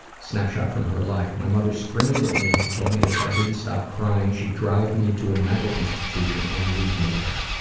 snap shot from her life, my mother screamed at me and told me that if i don't stop crying she'd drive me to a mental institution and leave me there.